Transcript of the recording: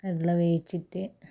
കടല വേവിച്ചിട്ട്